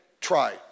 try